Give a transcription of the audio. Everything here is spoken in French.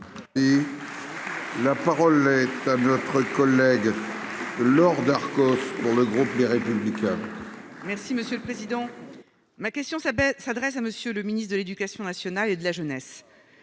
La parole est à notre collègue Laure Darcos dans le groupe des Républicains. Merci monsieur le président, ma question s'appelle s'adresse à monsieur le ministre de l'Éducation nationale et de la jeunesse,